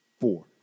Four